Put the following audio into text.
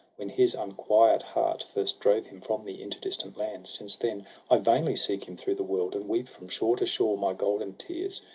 when his unquiet heart first drove him from me into distant lands since then i vainly seek him through the world, and weep from shore to shore my golden tears,